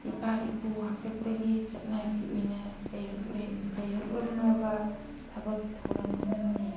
ꯏꯄꯥ ꯏꯄꯨ ꯍꯥꯛꯇꯛꯇꯒꯤ ꯆꯠꯅꯕꯤ ꯑꯣꯏꯅ ꯂꯩꯔꯛꯂꯝꯂꯕ ꯊꯕꯛ ꯊꯧꯔꯝ ꯑꯃꯅꯤ